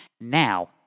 Now